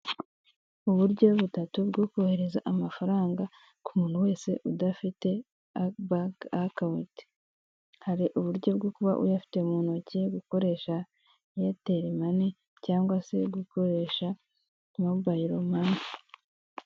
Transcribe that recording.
Uburyo butatu bwo kohereza amafaranga ku muntu wese udafite banke akawunti. Hari uburyo bwo kuba uyafite mu ntoki, gukoresha eyeteeri mani cyangwa se gukoresha mobayiro mani.